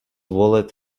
wallet